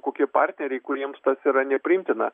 kokie partneriai kuriems tas yra nepriimtina